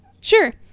Sure